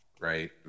right